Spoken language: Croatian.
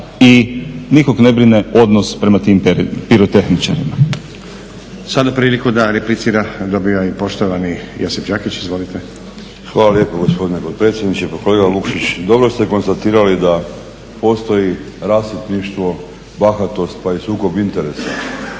i nikog ne brine odnos prema tim pirotehničarima. **Stazić, Nenad (SDP)** Sada priliku da replicira dobiva i poštovani Josip Đakić, izvolite. **Đakić, Josip (HDZ)** Hvala lijepo gospodine potpredsjedniče. Pa kolega Vukšić, dobro ste konstatirali da postoji rasipništvo, bahatost, pa i sukob interesa